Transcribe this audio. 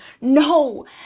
No